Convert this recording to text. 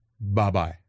Bye-bye